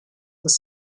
were